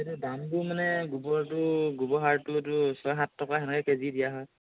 সেইটো দামটো মানে গোবৰটো গোবৰ সাৰটোতো ছয় সাত টকা তেনেকৈ কেজি দিয়া হয়